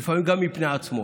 לפעמים גם מפני עצמו.